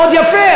מאוד יפה,